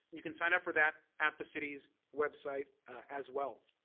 you can sign up for that at the city's website as well.